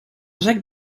jacques